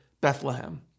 Bethlehem